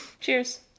Cheers